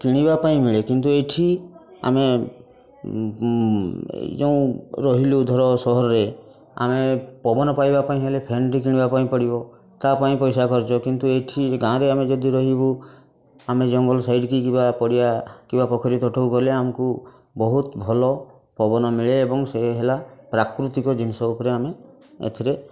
କିଣିବା ପାଇଁ ମିଳେ କିନ୍ତୁ ଏଠି ଆମେ ଏ ଯେଉଁ ରହିଲୁ ଧର ସହରରେ ଆମେ ପବନ ପାଇବା ପାଇଁ ହେଲେ ଫ୍ୟାନ୍ଟି କିଣିବା ପାଇଁ ପଡ଼ିବ ତା'ପାଇଁ ପଇସା ଖର୍ଚ୍ଚ କିନ୍ତୁ ଏଠି ଗାଁରେ ଆମେ ଯଦି ରହିବୁ ଆମେ ଜଙ୍ଗଲ ସାଇଡ୍କୁ ଯିବା ପଡ଼ିଆ କିମ୍ବା ପୋଖରୀ ତୁଠକୁ ଗଲେ ଆମକୁ ବହୁତ ଭଲ ପବନ ମିଳେ ଏବଂ ସେ ହେଲା ପ୍ରାକୃତିକ ଜିନିଷ ଉପରେ ଆମେ ଏଥିରେ